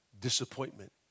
disappointment